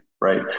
right